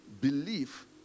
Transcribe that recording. belief